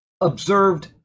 observed